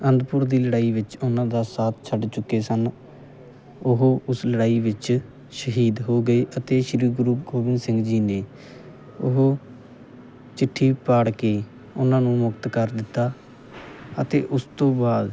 ਅਨੰਦਪੁਰ ਦੀ ਲੜਾਈ ਵਿੱਚ ਉਹਨਾਂ ਦਾ ਸਾਥ ਛੱਡ ਚੁੱਕੇ ਸਨ ਉਹ ਉਸ ਲੜਾਈ ਵਿੱਚ ਸ਼ਹੀਦ ਹੋ ਗਏ ਅਤੇ ਸ਼੍ਰੀ ਗੁਰੂ ਗੋਬਿੰਦ ਸਿੰਘ ਜੀ ਨੇ ਉਹ ਚਿੱਠੀ ਪਾੜ ਕੇ ਉਹਨਾਂ ਨੂੰ ਮੁਕਤ ਕਰ ਦਿੱਤਾ ਅਤੇ ਉਸ ਤੋਂ ਬਾਅਦ